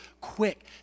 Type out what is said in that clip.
quick